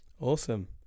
Awesome